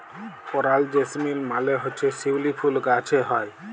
করাল জেসমিল মালে হছে শিউলি ফুল গাহাছে হ্যয়